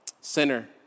sinner